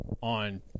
on